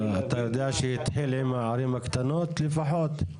אז אתה יודע שהתחיל עם הערים הקטנות לפחות?